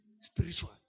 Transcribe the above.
spiritual